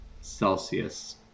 Celsius